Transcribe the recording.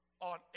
on